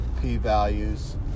p-values